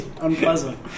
unpleasant